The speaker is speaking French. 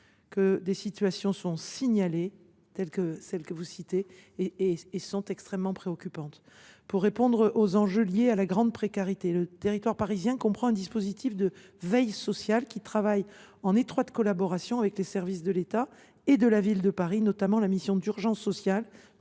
que des situations telles que celles que vous citez sont toujours signalées et demeurent préoccupantes. Pour répondre aux enjeux liés à la grande précarité, le territoire parisien a un dispositif de veille sociale qui travaille en étroite collaboration avec les services de l’État et ceux de la ville de Paris, notamment la mission d’urgence sociale